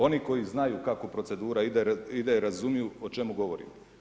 Oni koji znaju kako procedura ide, razumiju o čemu govorim.